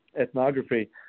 ethnography